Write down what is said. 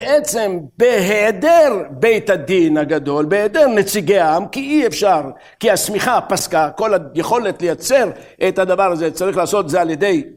בעצם בהיעדר בית הדין הגדול, בהיעדר נציגי העם, כי אי אפשר, כי הסמיכה פסקה, כל היכולת לייצר את הדבר הזה, צריך לעשות זה על ידי